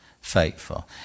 faithful